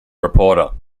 reporter